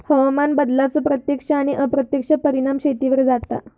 हवामान बदलाचो प्रत्यक्ष आणि अप्रत्यक्ष परिणाम शेतीवर जाता